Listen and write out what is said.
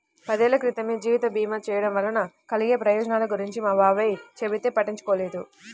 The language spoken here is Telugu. పదేళ్ళ క్రితమే జీవిత భీమా చేయడం వలన కలిగే ప్రయోజనాల గురించి మా బాబాయ్ చెబితే పట్టించుకోలేదు